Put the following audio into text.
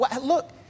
look